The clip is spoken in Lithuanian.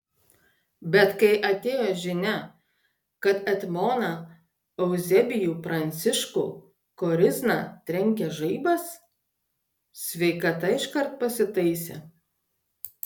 bet kai atėjo žinia kad etmoną euzebijų pranciškų korizną trenkė žaibas sveikata iškart pasitaisė